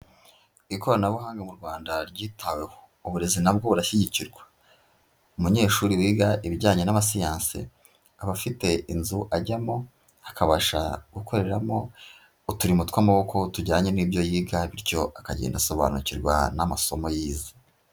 Ikoranabuhanga mu Rwanda ryitaweho, uburezi na bwo burashyigikirwa, umunyeshuri wiga ibijyanye n'amasiyanse aba afite inzu ajyamo akabasha gukoreramo uturimo tw'amaboko tujyanye n'ibyo yiga bityo akagenda asobanukirwa n'amasomo yize.